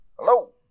Hello